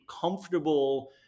comfortable